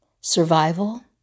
survival